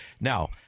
now